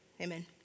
Amen